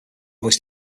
most